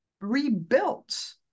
rebuilt